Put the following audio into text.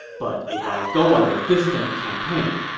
but if i go on a distant campaign,